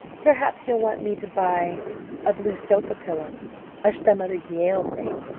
perhaps you'll want me to buy a blue sofa pillow or some other yale thing,